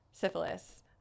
Syphilis